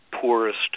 poorest